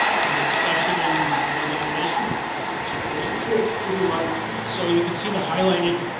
for the discussion, and any nominations, if that works for you sure they do martin so you can see the highlighted